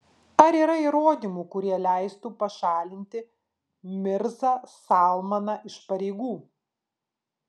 ar yra įrodymų kurie leistų pašalinti mirzą salmaną iš pareigų